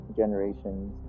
generations